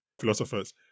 philosophers